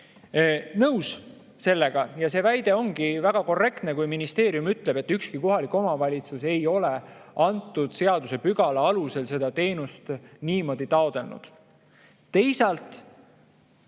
nõus sellega. See väide on väga korrektne, kui ministeerium ütleb, et ükski kohalik omavalitsus ei ole antud seadusepügala alusel seda teenust niimoodi taotlenud.